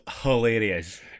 hilarious